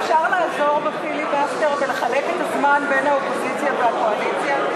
אפשר לעזור בפיליבסטר ולחלק את הזמן בין האופוזיציה לקואליציה?